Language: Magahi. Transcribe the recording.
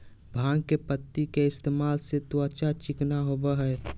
भांग के पत्ति के इस्तेमाल से त्वचा चिकना होबय हइ